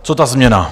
Co ta změna?